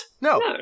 No